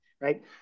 right